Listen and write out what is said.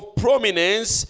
prominence